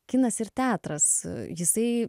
kinas ir teatras jisai